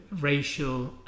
racial